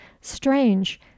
Strange